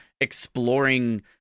exploring